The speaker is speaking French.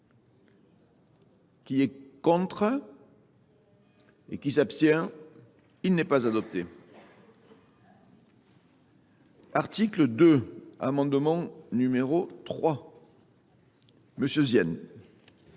Qui est contre ? Et qui s'abstient ? Il n'est pas adopté. Article 2, amendement numéro 3. Monsieur Zien.